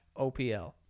OPL